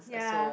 ya